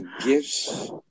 gifts